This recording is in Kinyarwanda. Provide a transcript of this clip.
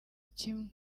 kimwe